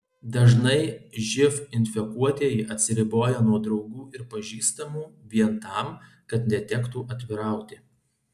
dažnai živ infekuotieji atsiriboja nuo draugų ir pažįstamų vien tam kad netektų atvirauti